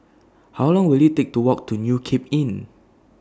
How Long Will IT Take to Walk to New Cape Inn